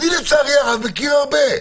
אני לצערי הרב מכיר הרבה.